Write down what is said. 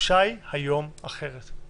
- התחושה היום היא אחרת.